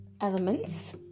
Elements